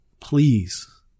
please